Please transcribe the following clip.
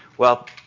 well,